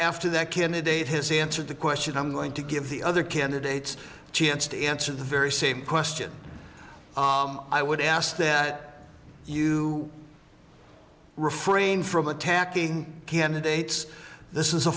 after that candidate has answered the question i'm going to give the other candidates a chance to answer the very same question i would ask that you refrain from attacking candidates this is a